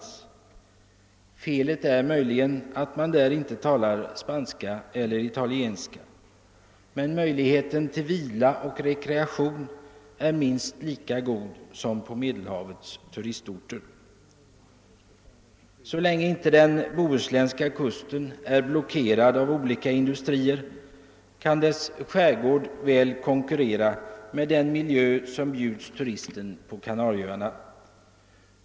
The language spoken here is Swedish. Felet är möjligen att man där inte talar spanska eller italienska, men möjligheten till vila och rekreation är minst lika god som på Medelhavets turistorter. Så länge inte den bohuslänska kusten är blockerad av olika industrier kan dess skärgård väl konkurrera med den miljö som bjuds turisten på Kanarieöarna.